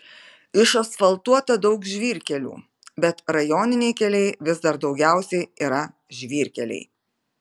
išasfaltuota daug žvyrkelių bet rajoniniai keliai vis dar daugiausiai yra žvyrkeliai